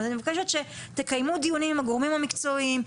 אני מבקשת שתקיימו דיונים עם הגורמים המקצועיים,